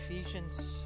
Ephesians